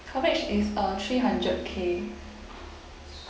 coverage is uh three hundred k